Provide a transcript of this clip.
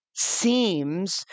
seems